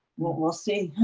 we'll we'll see.